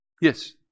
Yes